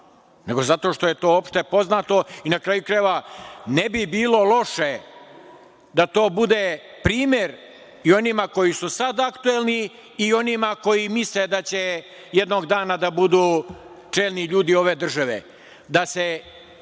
nego zato što je to opštepoznato i, na kraju krajeva, ne bi bilo loše da to bude primer i onima koji su sada aktuelni i onima koji misle da će jednog dana da budu čelni ljudi ove države. Da se na